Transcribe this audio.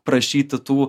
prašyti tų